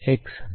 x હશે